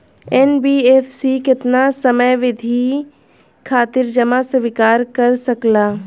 NBFC केतना समयावधि खातिर जमा स्वीकार कर सकला?